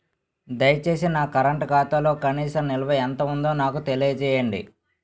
దయచేసి నా కరెంట్ ఖాతాలో కనీస నిల్వ ఎంత ఉందో నాకు తెలియజేయండి